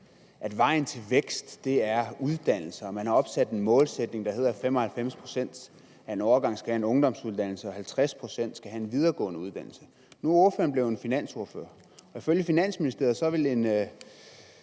at vejen til vækst er uddannelse, og den har opsat en målsætning om, at 95 pct. af en årgang skal have en ungdomsuddannelse, og at 50 pct. skal have en videregående uddannelse. Nu er ordføreren blevet finansordfører, og ifølge Finansministeriet vil